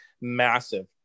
massive